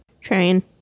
Train